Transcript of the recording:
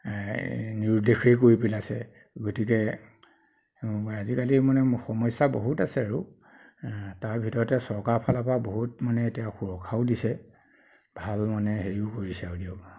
নিৰুদ্দেশেই কৰি পেলাইছে গতিকে আজিকালি মানে সমস্যা বহুত আছে আৰু তাৰ ভিতৰতে চৰকাৰৰ ফালৰ পৰাও বহুত মানে এতিয়া সুৰক্ষাও দিছে ভাল মানে হেৰিও কৰিছে আৰু দিয়ক